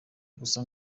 gusa